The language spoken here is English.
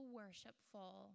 worshipful